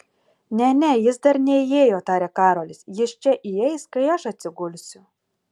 ne ne jis dar neįėjo tarė karolis jis čia įeis kai aš atsigulsiu